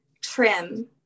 trim